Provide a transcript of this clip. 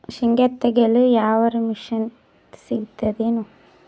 ಶೇಂಗಾ ತೆಗೆಯಲು ಯಾವರ ಮಷಿನ್ ಸಿಗತೆದೇನು?